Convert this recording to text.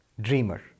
dreamer